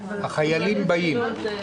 תודה